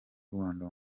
rwanda